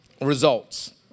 results